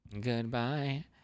Goodbye